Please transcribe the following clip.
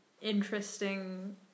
interesting